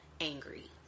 Angry